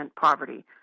poverty